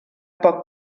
poc